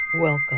Welcome